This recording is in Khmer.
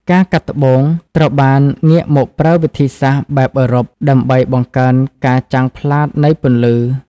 ការកាត់ត្បូង ត្រូវបានងាកមកប្រើវិធីសាស្ត្របែបអឺរ៉ុប ដើម្បីបង្កើនការចាំងផ្លាតនៃពន្លឺ។